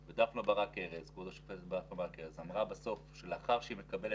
כשנכנסתי ללבנון, דרשו ממני שלמות חיילית לתת את